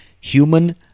human